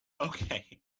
okay